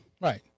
Right